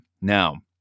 Now